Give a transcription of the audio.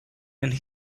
and